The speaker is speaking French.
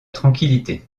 tranquillité